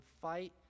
fight